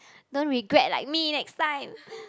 don't regret like me next time